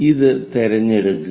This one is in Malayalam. ഇത് തിരഞ്ഞെടുക്കുക